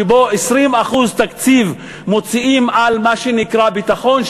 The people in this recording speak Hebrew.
שבו 20% תקציב מוציאים על מה שנקרא ביטחון,